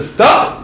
Stop